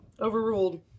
Overruled